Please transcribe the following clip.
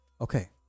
Okay